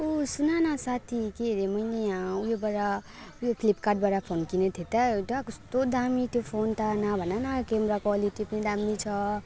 ओ सुन न साथी के अरे मैले यहाँ ऊ योबड उयो फ्लिपकार्टबाट फोन किनेको थियो त एउटा कस्तो दामी त्यो फोन त नभन न क्यामेरा क्वालिटी पनि दामी छ